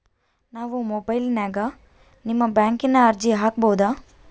ನಾವು ಮೊಬೈಲಿನ್ಯಾಗ ನಿಮ್ಮ ಬ್ಯಾಂಕಿನ ಅರ್ಜಿ ಹಾಕೊಬಹುದಾ?